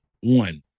One